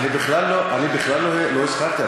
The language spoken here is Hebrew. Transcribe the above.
אני בכלל לא הזכרתי.